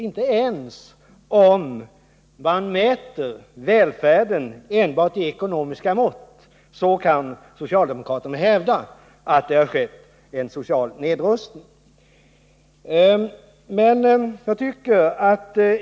Inte ens om man mäter välfärden enbart i ekonomiska mått kan socialdemokraterna hävda att det har skett en social nedrustning.